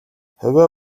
хувиа